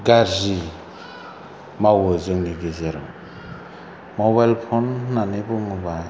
गाज्रि मावो जोंनि गेजेराव मबाइल फन होननानै बुङोबा